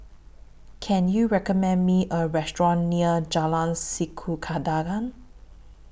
Can YOU recommend Me A Restaurant near Jalan